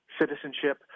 citizenship